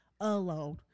alone